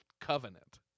Covenant